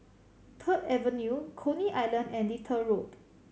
Third Avenue Coney Island and Little Road